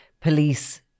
police